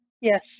Yes